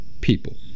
people